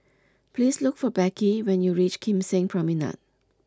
please look for Becky when you reach Kim Seng Promenade